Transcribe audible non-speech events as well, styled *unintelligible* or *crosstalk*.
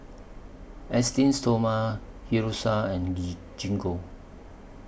Esteem Stoma Hiruscar and *unintelligible* Gingko